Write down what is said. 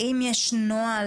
האם יש נוהל,